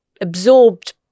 absorbed